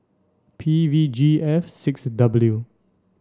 P V G F six W